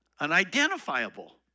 unidentifiable